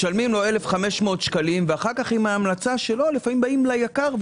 משלמים לו 1,500 שקלים ואחר כך עם ההמלצה שלו לפעמים באים ליקר.